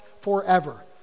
forever